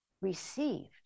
received